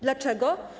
Dlaczego?